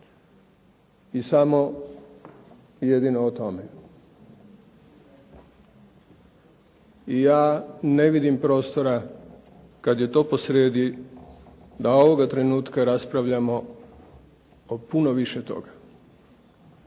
i samo jedino o tome. I ja ne vidim prostora, kad je to posrijedi, da ovoga trenutka raspravljamo o puno više toga,